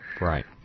right